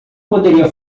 poderia